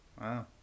Wow